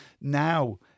Now